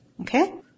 Okay